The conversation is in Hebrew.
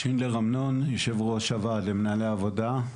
אני יושב-ראש הוועד למנהלי עבודה.